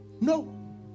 No